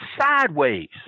sideways